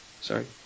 Sorry